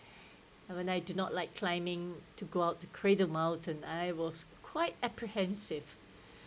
and when I do not like climbing to go out to cradle mountain I was quite apprehensive